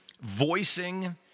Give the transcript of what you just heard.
voicing